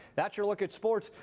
that's your look at sports.